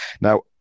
Now